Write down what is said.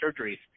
surgeries